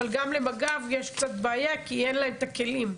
אבל גם למג"ב יש קצת בעיה כי אין להם את הכלים.